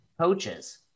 coaches